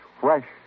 fresh